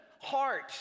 heart